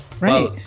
right